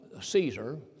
Caesar